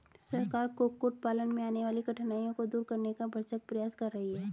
सरकार कुक्कुट पालन में आने वाली कठिनाइयों को दूर करने का भरसक प्रयास कर रही है